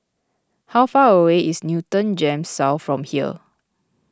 how far away is Newton Gems South from here